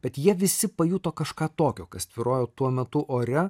bet jie visi pajuto kažką tokio kas tvyrojo tuo metu ore